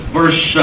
verse